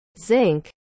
zinc